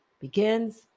begins